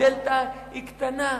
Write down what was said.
הדלתא היא קטנה,